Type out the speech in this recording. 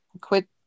quit